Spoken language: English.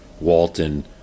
Walton